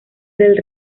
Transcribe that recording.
del